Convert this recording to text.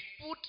put